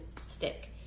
stick